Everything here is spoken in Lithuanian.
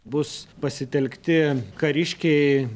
bus pasitelkti kariškiai